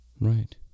right